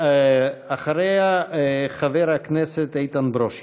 אחריה, חבר הכנסת איתן ברושי.